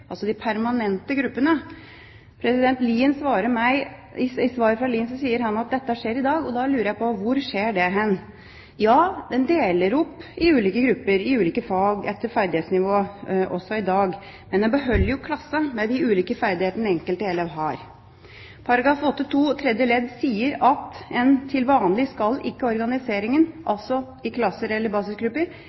I svaret fra Lien sier han at dette skjer i dag. Da lurer jeg på: Hvor skjer det hen? Ja, man deler opp i ulike grupper, i ulike fag, etter ferdighetsnivå også i dag, men man beholder klasse med de ulike ferdighetene den enkelte elev har. Paragraf 8-2 tredje ledd sier at vanligvis skal ikke organiseringen – i klasser eller basisgrupper